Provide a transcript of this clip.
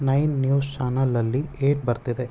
nine news ಚಾನಲ್ಲಲ್ಲಿ ಹೇಗ್ ಬರ್ತಿದೆ